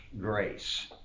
grace